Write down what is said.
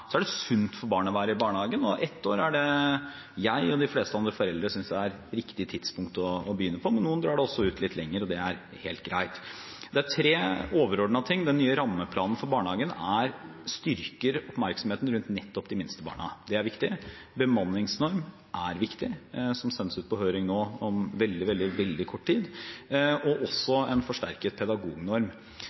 Så er det sunt for barn å være i barnehagen, og ett år er det tidspunktet jeg og de fleste andre foreldre synes er riktig tidspunkt å begynne på. Noen drar det også ut litt lenger, og det er helt greit. Det er tre overordnede ting. Den nye rammeplanen for barnehagen styrker oppmerksomheten rundt nettopp de minste barna. Det er viktig. Bemanningsnorm er viktig – og det sendes ut på høring nå om veldig, veldig kort tid – og det samme er en forsterket pedagognorm.